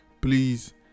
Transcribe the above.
please